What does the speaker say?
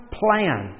plan